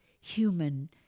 human